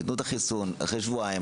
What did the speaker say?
נותנים את החיסון אחרי שבועיים,